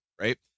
right